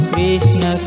Krishna